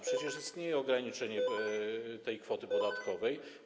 Przecież istnieje ograniczenie tej kwoty podatkowej.